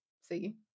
See